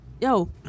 Yo